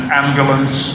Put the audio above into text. ambulance